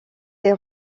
des